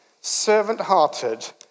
servant-hearted